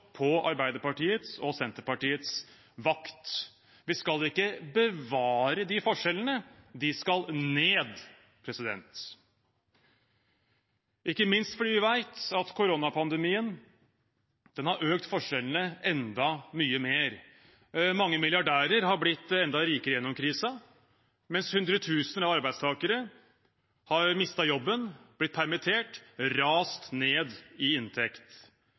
på Arbeiderpartiets og Senterpartiets vakt. Vi skal ikke bevare de forskjellene, de skal ned – ikke minst fordi vi vet at koronapandemien har økt forskjellene enda mye mer. Mange milliardærer har blitt enda rikere gjennom krisen, mens hundretusener av arbeidstakere har mistet jobben, blitt permittert, rast ned i inntekt.